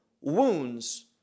wounds